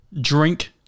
drink